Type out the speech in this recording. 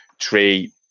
three